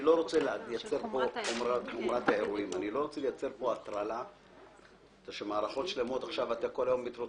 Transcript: אני לא רוצה לייצר פה הטרלה כשמערכות שלמות כל היום מתרוצצות,